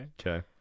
okay